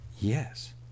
Yes